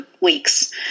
weeks